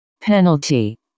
Penalty